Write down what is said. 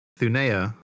Thunea